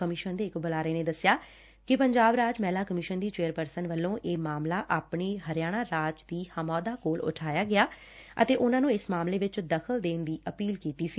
commission ਦੇ ਇਕ ਬੁਲਾਰੇ ਨੇ ਦਸਿਆ ਕਿ ਪੰਜਾਬ ਰਾਜ ਮਹਿਲਾ ਕਮਿਸ਼ਨ ਦੀ ਚੇਅਰਪਰਸਨ ਵੱਲੋ ਇਹ ਮਾਮਲਾ ਆਪਣੀ ਹਰਿਆਣਾ ਰਾਜ ਦੀ ਹਮਅਹੁੱਦਾ ਕੋਲ ਉਠਾਇਆ ਅਤੇ ਉਨੂਾ ਨੂੰ ਇਸ ਮਾਮਲੇ ਵਿਚ ਦਖ਼ਲ ਦੇਣ ਦੀ ਅਪੀਲ ਕੀਤੀ ਸੀ